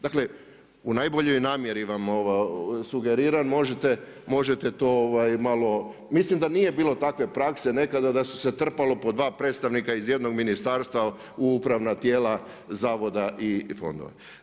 Dakle u najboljoj namjeri vam sugeriram, možete to malo, mislim da nije bilo takve prakse nekada da su se trpalo dva predstavnika iz jednog ministarstva u upravna tijela zavoda i fondova.